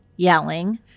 Yelling